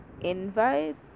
invites